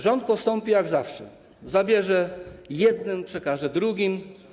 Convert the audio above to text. Rząd postąpi jak zawsze: zabierze jednym, przekaże drugim.